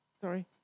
Sorry